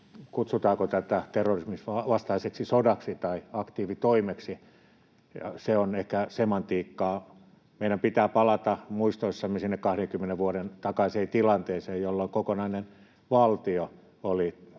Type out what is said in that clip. kutsutaanko tätä terrorismin vastaiseksi sodaksi tai aktiivitoimeksi, on ehkä semantiikkaa. Meidän pitää palata muistoissamme sinne 20 vuoden takaiseen tilanteeseen, jolloin kokonainen valtio oli